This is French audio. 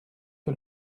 que